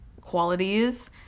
qualities